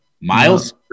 Miles